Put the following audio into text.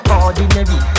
ordinary